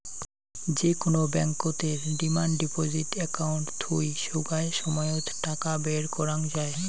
যে কুনো ব্যাংকতের ডিমান্ড ডিপজিট একাউন্ট থুই সোগায় সময়ত টাকা বের করাঙ যাই